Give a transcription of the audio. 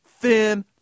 Thin